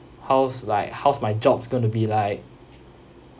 how's like how's my job's going to be like